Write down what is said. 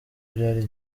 byari